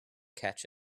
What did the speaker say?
catch